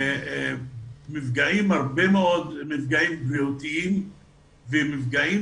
הרבה מאוד מפגעים בריאותיים ומפגעים